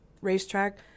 racetrack